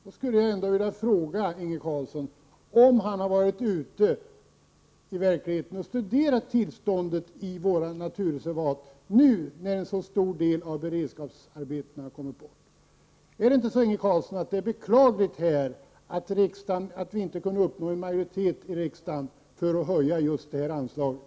Jag skulle vilja fråga Inge Carlsson om han har varit ute i verkligheten och studerat tillståndet i våra naturreservat nu när en så stor del av beredskapsarbetena har tagits bort. Är det inte beklagligt, Inge Carlsson, att vi inte kunde uppnå en majoritet i riksdagen för att höja just det anslaget?